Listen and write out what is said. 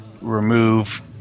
remove